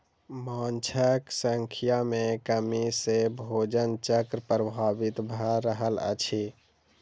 माँछक संख्या में कमी सॅ भोजन चक्र प्रभावित भ रहल अछि